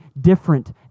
different